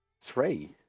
three